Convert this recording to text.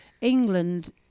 England